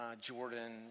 Jordan